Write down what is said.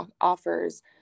offers